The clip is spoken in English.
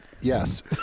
yes